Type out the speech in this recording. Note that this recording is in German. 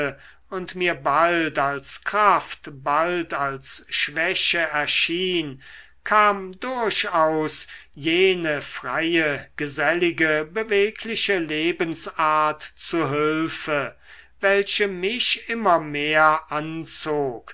und mir bald als kraft bald als schwäche erschien kam durchaus jene freie gesellige bewegliche lebensart zu hülfe welche mich immer mehr anzog